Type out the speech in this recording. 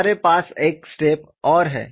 हमारे पास एक स्टेप और है